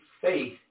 faith